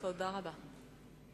תודה רבה.